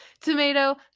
Tomato